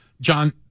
John